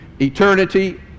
eternity